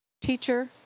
Teacher